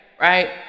right